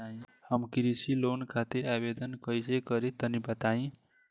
हम कृषि लोन खातिर आवेदन कइसे करि तनि बताई?